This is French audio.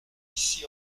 ici